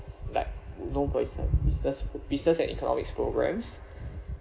like known for it's uh business business and economics programs